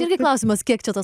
irgi klausimas kiek čia tos